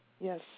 Yes